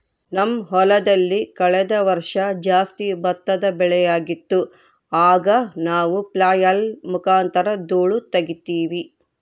ನಮ್ಮ ಹೊಲದಲ್ಲಿ ಕಳೆದ ವರ್ಷ ಜಾಸ್ತಿ ಭತ್ತದ ಬೆಳೆಯಾಗಿತ್ತು, ಆಗ ನಾವು ಫ್ಲ್ಯಾಯ್ಲ್ ಮುಖಾಂತರ ಧೂಳು ತಗೀತಿವಿ